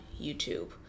YouTube